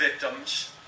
victims